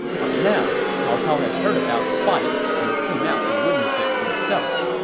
by now, cao cao had heard about the fight and came out to witness it himself.